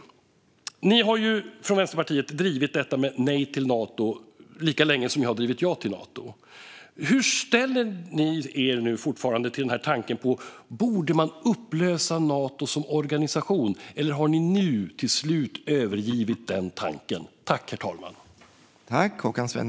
Ni har från Vänsterpartiet drivit detta med nej till Nato lika länge som jag har drivit ja till Nato. Hur ställer ni er nu till tanken: Borde man upplösa Nato som organisation? Eller har ni nu till slut övergivit den tanken?